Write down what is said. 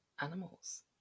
animals